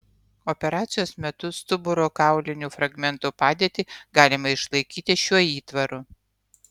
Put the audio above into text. operacijos metu stuburo kaulinių fragmentų padėtį galima išlaikyti šiuo įtvaru